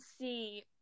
see